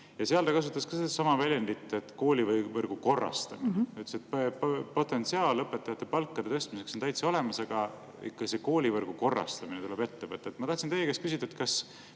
Ja seal ta kasutas sedasama väljendit "koolivõrgu korrastamine". Ta ütles, et potentsiaal õpetajate palkade tõstmiseks on täitsa olemas, aga ikka see koolivõrgu korrastamine tuleb ette võtta. Ma tahtsin teie käest küsida: kas